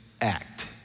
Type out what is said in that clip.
Act